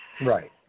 Right